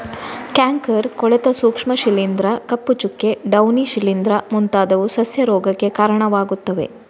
canker, ಕೊಳೆತ ಸೂಕ್ಷ್ಮ ಶಿಲೀಂಧ್ರ, ಕಪ್ಪು ಚುಕ್ಕೆ, ಡೌನಿ ಶಿಲೀಂಧ್ರ ಮುಂತಾದವು ಸಸ್ಯ ರೋಗಕ್ಕೆ ಕಾರಣವಾಗುತ್ತವೆ